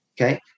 okay